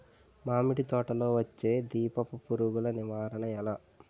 మామిడి తోటలో వచ్చే దీపపు పురుగుల నివారణ ఎలా?